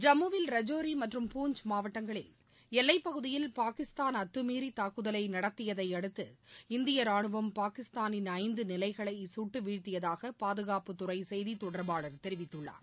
ஜம்முவில் ரஜோரி மற்றும் பூன்ச் மாவட்டங்களில் எல்லைப் பகுதியில் பாகிஸ்தான் அத்தமீறி தாக்குதலை நடத்தியதையடுத்து இந்திய ரானுவம் பாகிஸ்தானின் ஐந்து நிலைகளை கட்டு வீழ்த்தியதாக பாதுகாப்புத்துறை செய்தித் தொடர்பாளர் தெரிவித்துள்ளார்